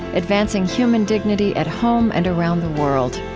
advancing human dignity at home and around the world.